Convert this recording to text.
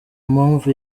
mpamvu